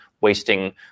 wasting